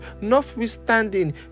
notwithstanding